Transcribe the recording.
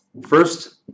first